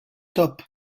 top